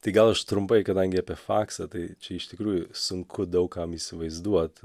tai gal aš trumpai kadangi apie faksą tai čia iš tikrųjų sunku daug kam įsivaizduot